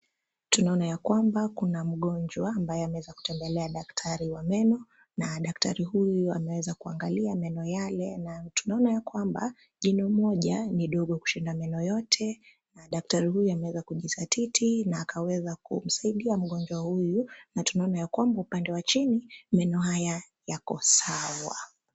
Tunaona ya kwamba kuna mgonjwa ambaye ameweza kutembelea daktari wa meno, na daktari huyu ameweza kuangalia meno yale. Na tunaona ya kwamba jino moja ni dogo kushinda meno yote. Daktari huyu ameweza kujisatiti na akaweza kumsaidia mgonjwa huyu na tunaona ya kwamba upande wa chini meno haya yako sawa.